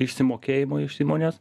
išsimokėjimo iš įmonės